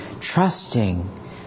trusting